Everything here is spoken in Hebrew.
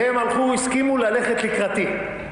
והם הסכימו ללכת לקראתי,